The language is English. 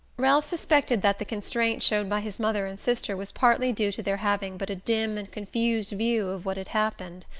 ralph suspected that the constraint shown by his mother and sister was partly due to their having but a dim and confused view of what had happened.